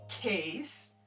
case